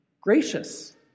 gracious